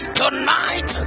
tonight